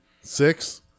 Six